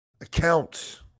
accounts